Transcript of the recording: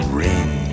ring